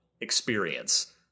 experience